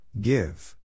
Give